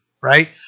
right